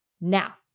Now